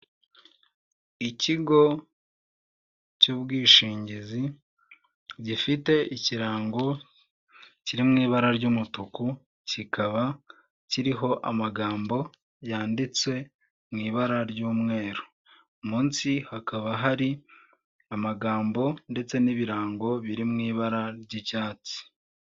Ikigo cy'ubwishingizi gifite ikirango kiri mu ibara ry'umutuku, kikaba kiriho amagambo yanditse mu ibara ry'umweru munsi hakaba hari amagambo ndetse n'ibirango biri mu ibara ry'icyatsi.